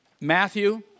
Matthew